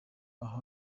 aha